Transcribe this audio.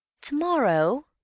To-morrow